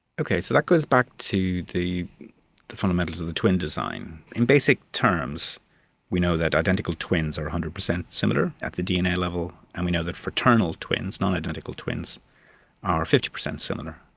okay, so that goes back to the the fundamentals of the twin design. in basic terms we know that identical twins are one hundred percent similar at the dna level, and we know that fraternal twins, not identical twins are fifty percent similar.